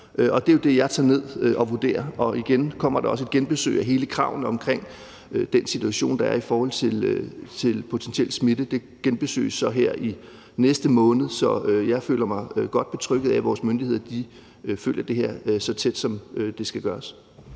det er jo det, jeg tager ned og vurderer. Og der kommer også et genbesøg af alle kravene om den situation, der er i forhold til potentiel smitte, og det sker så her i næste måned. Så jeg føler mig godt betrygget af, at vores myndigheder følger det her så tæt, som det skal gøres.